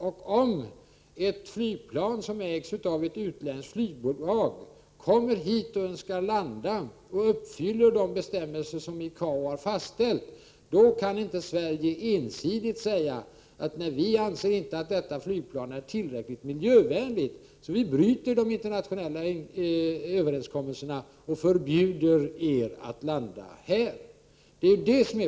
Om ett flygplan, som ägs av ett utländskt flygbolag, önskar landa i Sverige och uppfyller de bestämmelser som har fastställts av ICAO, kan inte vi i Sverige ensidigt säga att vi anser att detta flygplan inte är tillräckligt miljövänligt utan bryter mot de internationella överenskommelserna, varför vi förbjuder flygplanet att landa. Det är problemet.